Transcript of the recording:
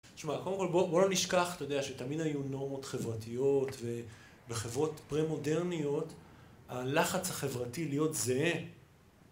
קודם כל, בואו לא נשכח, אתה יודע, שתמיד היו נורמות חברתיות ובחברות פרה-מודרניות הלחץ החברתי להיות זהה.